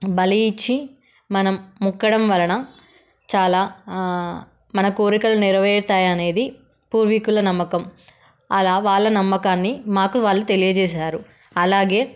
బలి ఇచ్చి మనం మొక్కడం వలన చాలా మన కోరికలు నెరవేరుతాయి అనేది పూర్వీకుల నమ్మకం అలా వాళ్ళ నమ్మకాన్ని మాకు వాళ్ళు తెలియజేసారు అలాగే